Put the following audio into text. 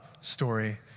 story